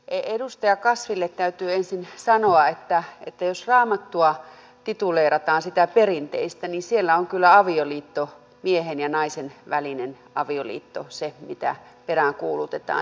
edustaja kasville täytyy ensin sanoa että jos raamattua siteerataan sitä perinteistä niin siellä on kyllä miehen ja naisen välinen avioliitto se mitä peräänkuulutetaan